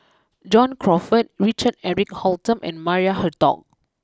John Crawfurd Richard Eric Holttum and Maria Hertogh